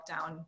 lockdown